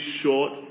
short